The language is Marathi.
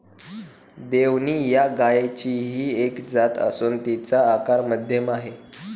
देवणी या गायचीही एक जात असून तिचा आकार मध्यम आहे